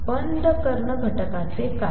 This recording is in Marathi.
बंद कर्ण घटकांचे काय